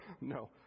no